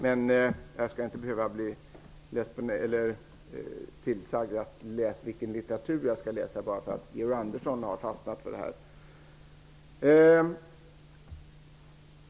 Men jag skall inte behöva bli tillsagd om vilken litteratur jag skall läsa bara för att Georg Andersson har fastnat för rapporten.